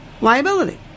liability